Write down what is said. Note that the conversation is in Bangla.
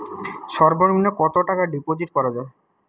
সর্ব নিম্ন কতটাকা ডিপোজিট করা য়ায়?